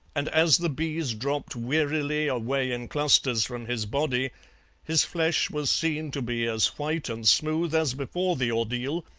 and as the bees dropped wearily away in clusters from his body his flesh was seen to be as white and smooth as before the ordeal,